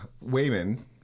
Wayman